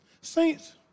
Saints